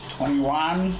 Twenty-one